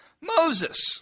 Moses